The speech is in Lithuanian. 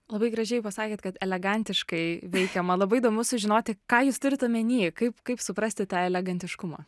labai gražiai pasakėt kad elegantiškai veikiama labai įdomu sužinoti ką jūs turit omeny kaip kaip suprasti tą elegantiškumą